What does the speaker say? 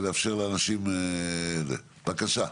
בבקשה.